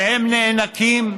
והם נאנקים,